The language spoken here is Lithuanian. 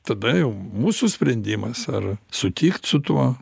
tada jau mūsų sprendimas ar sutikt su tuo